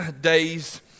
days